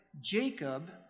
Jacob